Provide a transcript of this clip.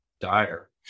dire